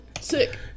sick